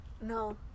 no